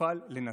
שיוכל לנתק.